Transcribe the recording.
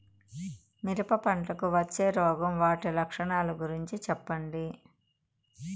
మిరప పంటకు వచ్చే రోగం వాటి లక్షణాలు గురించి చెప్పండి?